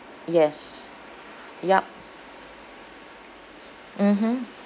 yes yup mmhmm